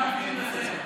אתה מבין בזה?